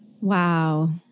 Wow